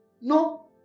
No